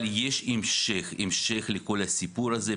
אבל יש המשך לכל הסיפור הזה.